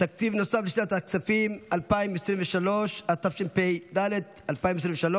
תקציב נוסף לשנת הכספים 2023, התשפ"ד 2023,